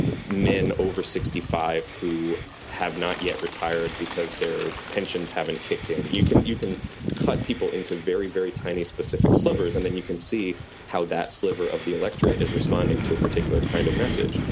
men over sixty five who have not yet retired because their pensions haven't kicked in. you can you can cut people into very, very tiny specific slivers. and then you can see how that sliver of the electorate is responding to a particular kind of message.